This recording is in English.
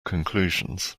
conclusions